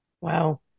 wow